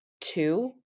two